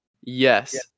Yes